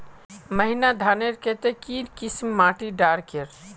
महीन धानेर केते की किसम माटी डार कर?